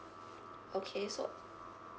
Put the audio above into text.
okay so